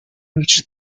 reached